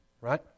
right